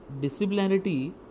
disciplinarity